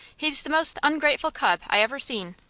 he's the most ungrateful cub i ever seen.